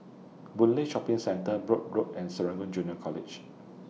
Boon Lay Shopping Centre Brooke Road and Serangoon Junior College